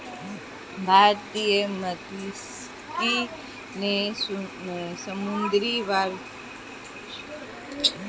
भारतीय मात्स्यिकी ने समुद्री वर्चस्व वाली मात्स्यिकी में एक बदलाव देखा है